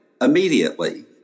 immediately